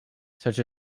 such